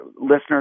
listeners